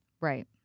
Right